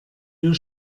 wir